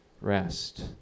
rest